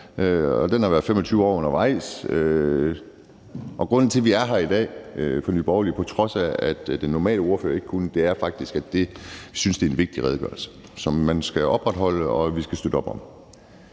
og den har været 25 år undervejs. Grunden til, at vi fra Nye Borgerlige er her i dag, på trods af at den sædvanlige ordfører ikke kunne, er faktisk, at vi synes, det er en vigtig redegørelse, som vi skal støtte op om.